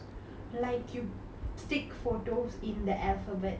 !whoa! that's so cool